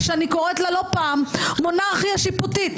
תראו היסטורית,